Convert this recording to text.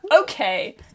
okay